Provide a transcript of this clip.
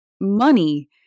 money